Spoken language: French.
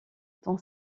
ton